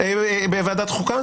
שופטים, סליחה, בוועדת החוקה?